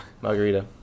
Margarita